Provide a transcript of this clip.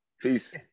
Peace